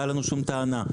הייתה לנו שום טענה.